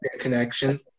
connection